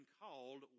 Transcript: called